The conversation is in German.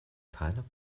keiner